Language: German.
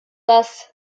das